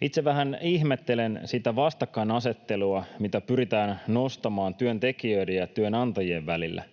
Itse vähän ihmettelen sitä vastakkainasettelua, mitä pyritään nostamaan työntekijöiden ja työnantajien välille.